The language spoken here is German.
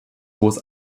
hohes